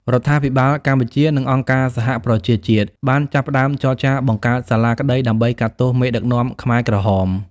រដ្ឋាភិបាលកម្ពុជា និងអង្គការសហប្រជាជាតិបានចាប់ផ្ដើមចរចាបង្កើតសាលាក្ដីដើម្បីកាត់ទោសមេដឹកនាំខ្មែរក្រហម។